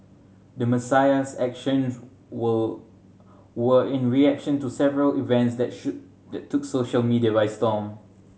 the Messiah's actions were were in reaction to several events that should took social media by storm